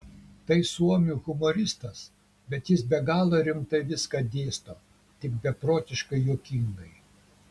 tai suomių humoristas bet jis be galo rimtai viską dėsto tik beprotiškai juokingai